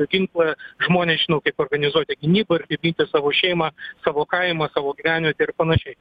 ginklą žmonės žino kaip organizuoti gynybą ir kaip ginti savo šeimą savo kaimą savo gyvenvietę ir panašiai